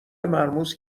مرموز